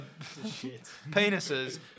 Penises